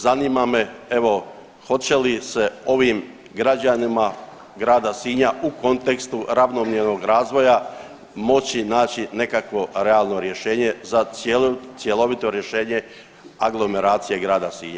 Zanima me evo hoće li se ovim građanima grada Sinja u kontekstu ravnomjernog razvoja moći naći nekakvo realno rješenje za cjelovito rješenje aglomeracije grada Sinja.